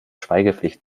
schweigepflicht